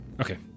Okay